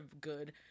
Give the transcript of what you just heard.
good